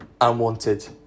unwanted